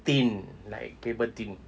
thin like paper thin